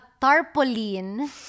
tarpaulin